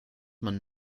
man